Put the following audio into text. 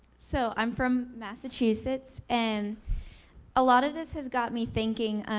so i'm from massachusetts, and a lot of this has got me thinking,